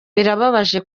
birababaje